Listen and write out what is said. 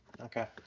Okay